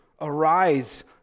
Arise